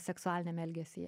seksualiniame elgesyje